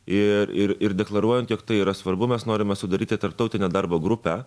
ir ir deklaruojant jog tai yra svarbu mes norime sudaryti tarptautinę darbo grupę